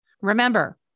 Remember